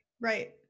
Right